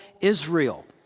Israel